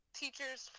teachers